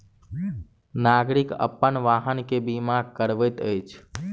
नागरिक अपन वाहन के बीमा करबैत अछि